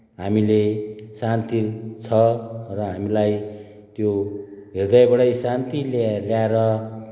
हामीले शान्ति छ र हामीलाई त्यो हृदयबाटै शान्ति ल्याएर